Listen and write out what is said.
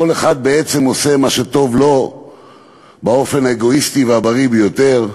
כל אחד בעצם עושה מה שטוב לו באופן האגואיסטי והבריא ביותר.